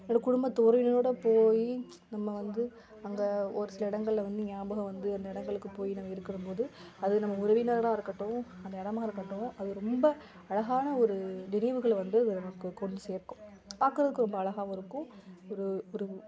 எங்கள் குடும்பத்து உறவினரோடு போய் நம்ம வந்து அங்கே ஒரு சில இடங்கள்ல வந்து ஞாபகம் வந்து அந்த இடங்களுக்கு போய் நம்ம இருக்கிறம் போது அது நம்ம உறவினர்களாக இருக்கட்டும் அந்த இடமா இருக்கட்டும் அது ரொம்ப அழகான ஒரு நினைவுகளை வந்து அது நமக்கு கொண்டு சேர்க்கும் பார்க்கறதுக்கும் ரொம்ப அழகாகவும் இருக்கும் ஒரு ஒரு